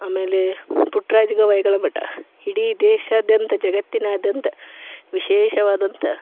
ಆಮೇಲೆ ಪುಟ್ಟರಾಜ ಗವಾಯಿಗಳ ಮಠ ಇಡೀ ದೇಶಾದ್ಯಂತ ಜಗತ್ತಿನಾದ್ಯಂತ ವಿಶೇಷವಾದಂಥ